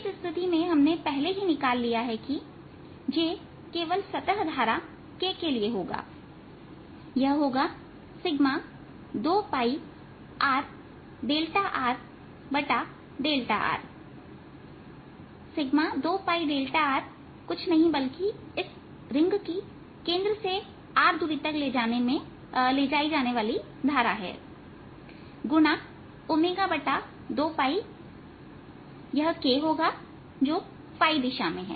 इस स्थिति में हमने पहले ही निकाल लिया है कि J केवल सतह धारा k होगा 2πrΔrΔr 2πδr कुछ नहीं बल्कि इस रिंग के केंद्र से r दूरी तक ले जाई जाने वाली धारा है x2यह k होगाजो दिशा में है